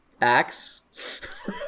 axe